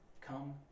Come